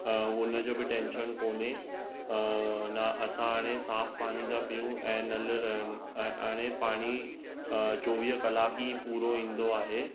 हुन जो बि टेंशन कोन्हे ना असां हाणे साफ़ु पानी था पियूं ऐं नल हाणे पाणी चोवीह कलाक ई पूरो ईंदो आहे